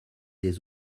des